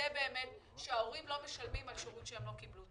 באמת שההורים לא משלמים על שירות שהם לא קיבלו.